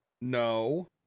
No